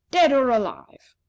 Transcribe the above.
dead or alive.